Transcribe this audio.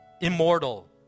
immortal